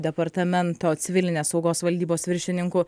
departamento civilinės saugos valdybos viršininku